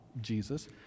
Jesus